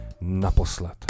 naposled